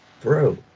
bro